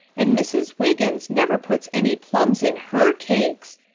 and mrs. wiggins never puts any plums in her cakes.